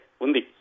undi